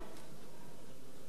זה טעות, אתה צודק.